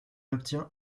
obtient